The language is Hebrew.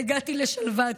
והגעתי לשלוותה,